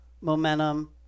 Momentum